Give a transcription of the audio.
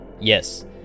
Yes